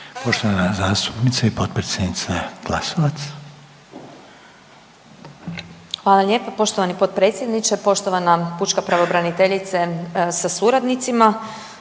Poštovana zastupnica i potpredsjednica Glasovac. **Glasovac, Sabina (SDP)** Hvala lijepo poštovani potpredsjedniče, poštovana pučka pravobraniteljice sa suradnicima.